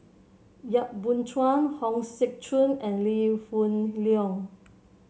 Yap Boon Chuan Hong Sek Chern and Lee Hoon Leong